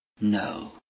No